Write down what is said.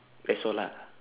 that's all ah